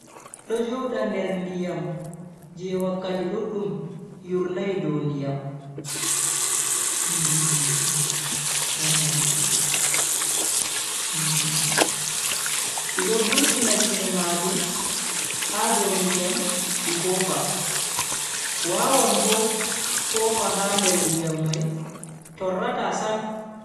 Do joda nder diyam je wakkati duddum yurnai dow ndiyam, di do vurtina kine majum ha dow ndiyam di fofa, wawan bo fofa h nder ndiyam mai torrata sam.